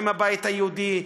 עם הבית היהודי,